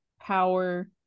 power